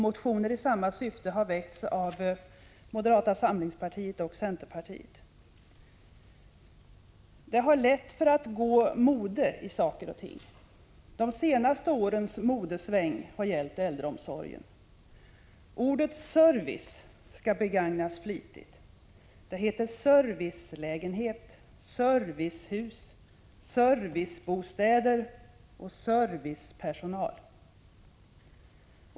Motioner i samma syfte har väckts av moderata samlingspartiet och centerpartiet. Det går lätt mode i saker och ting. De senaste årens modesväng har gällt äldreomsorgen. Ordet service skall begagnas flitigt. Det heter servicelägenhet, servicehus, servicebostäder och servicepersonal.